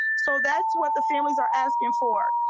so that's what the families are asking for.